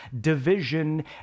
division